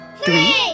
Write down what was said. three